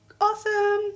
awesome